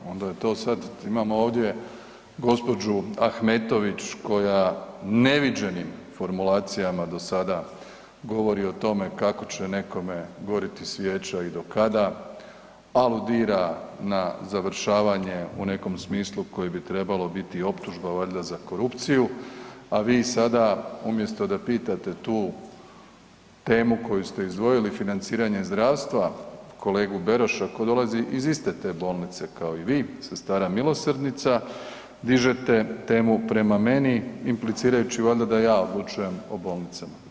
Onda je to sad, imamo ovdje gđu. Ahmetović koja neviđenim formulacijama do sada govori o tome kako će nekome gorjeti svijeća i do kada, aludira na završavanje u nekom smislu koji bi trebalo biti optužba valjda za korupciju a vi sada umjesto da pitate tu temu koju ste izdvojili, financiranje zdravstva kolegu Beroša koji dolazi iz iste te bolnice kao i vi, Sestara milosrdnica, dižete temu prema meni impliciraju valjda da ja odlučujem o bolnicama.